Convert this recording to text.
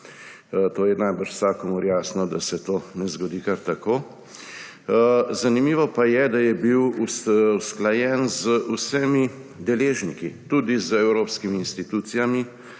zakon. Najbrž je vsakomur jasno to, da se to ne zgodi kar tako. Zanimivo pa je, da je bil usklajen z vsemi deležniki, tudi z evropskimi institucijami,